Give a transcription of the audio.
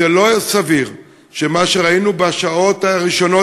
זה לא סביר שמה שראינו בשעות הראשונות